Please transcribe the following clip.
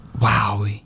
Wow